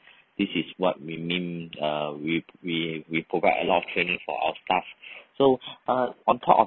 this is what we mean uh with we we provide a lot of training for our staff so uh on top of